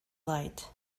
light